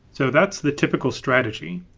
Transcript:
so that's the typical strategy.